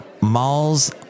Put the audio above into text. Malls